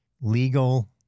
legal